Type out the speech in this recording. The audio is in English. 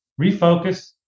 refocus